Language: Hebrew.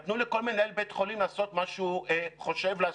נתנו לכל מנהל בית חולים לעשות מה שהוא חושב לעשות,